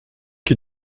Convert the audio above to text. qui